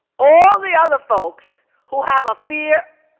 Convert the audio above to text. all the other folks who have a fear,